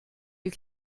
you